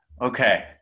Okay